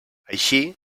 així